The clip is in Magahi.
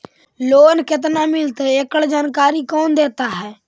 लोन केत्ना मिलतई एकड़ जानकारी कौन देता है?